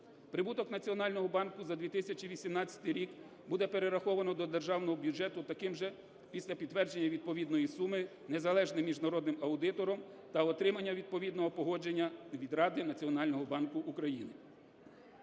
Прибуток Національного банку за 2018 рік буде перераховано до державного бюджету таким же, після підтвердження відповідної суми, незалежним міжнародним аудитором та отримання відповідного погодження від Ради Національного банку України.